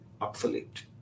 obsolete